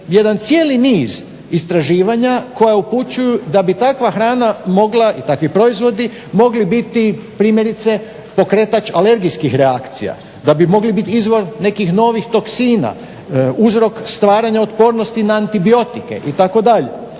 jedan cijeli niz istraživanja koja upućuju da bi takva hrana mogla i takvi proizvodi mogli biti primjerice pokretač alergijskih reakcija, da bi mogli biti izvor nekih novih toksina, uzrok stvaranja otpornosti na antibiotike itd.